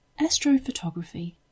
Astrophotography